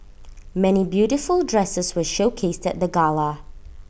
many beautiful dresses were showcased at the gala